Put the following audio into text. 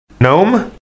gnome